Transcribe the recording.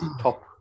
top